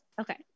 Okay